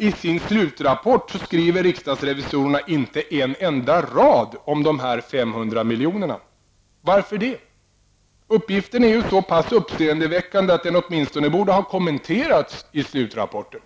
I sin slutrapport skriver riksdagsrevisorerna inte en enda rad om de här 500 miljonerna. Varför det? Uppgiften är ju så pass uppseendeväckande att den åtminstone borde ha kommenterats i slutrapporten.